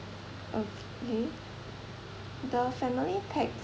okay the family packs